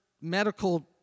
medical